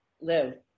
live